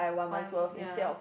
one ya